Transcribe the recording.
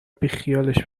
بیخیالش